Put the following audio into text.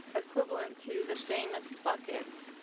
equivalent to the famous bucket.